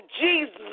Jesus